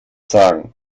sagen